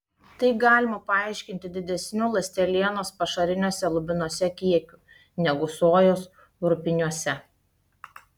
tai galima paaiškinti didesniu ląstelienos pašariniuose lubinuose kiekiu negu sojos rupiniuose